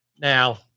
Now